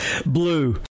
Blue